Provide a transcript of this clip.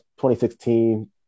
2016